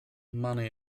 money